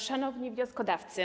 Szanowni Wnioskodawcy!